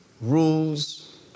rules